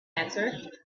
answered